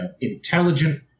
intelligent